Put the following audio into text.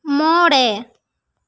ᱢᱚᱬᱮ